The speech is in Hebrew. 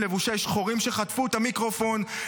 לבושי שחורים שחטפו לו את המיקרופון,